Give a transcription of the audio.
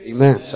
Amen